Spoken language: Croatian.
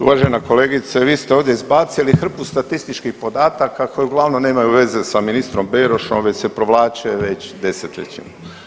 Uvažena kolegice vi ste ovdje izbacili hrpu statističkih podataka koji uglavnom nemaju veze sa ministrom Berošom već se provlače već desetljećima.